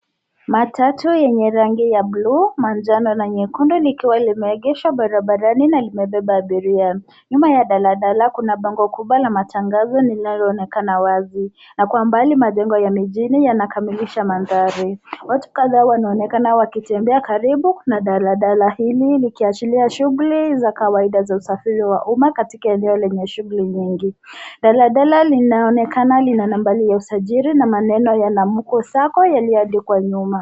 Matatu yenye rangi ya buluu, manjano na nyekundu likiwa limeegeshwa barabarani na limebeba abiria. Nyuma ya daladala kuna bango kubwa la matangazo linaloonekana wazi na kwa mbali majengo ya mijini yanakamilisha mandhari. Watu kadhaa wanaonekana wakitembea karibu na daladala hili likiashiria shughuli za kawaida za usafiri wa umma katika eneo lenye shughuli nyingi. Daladala linaonekana lina nambari ya usajili na maneno ya Namuku Sacco yaliyoandikwa nyuma.